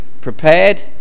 prepared